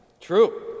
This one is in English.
True